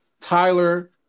tyler